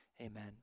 Amen